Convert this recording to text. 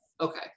Okay